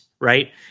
right